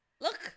Look